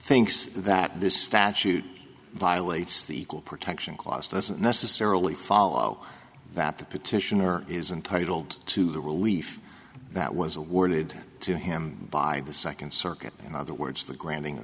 thinks that this statute violates the equal protection clause doesn't necessarily follow that the petitioner is intitled to the relief that was awarded to him by the second circuit in other words the granting